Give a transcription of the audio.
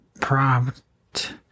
prompt